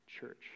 church